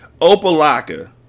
Opa-laka